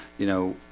you know,